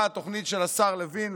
באה התוכנית של השר לוין,